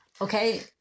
okay